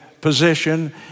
position